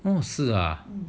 mm 是啊